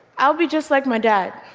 i'll be just like my dad.